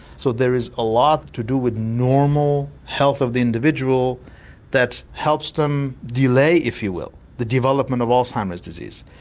so there is a lot to do with normal health of the individual that helps them delay if you will the development of alzheimer's disease.